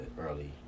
early